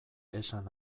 esan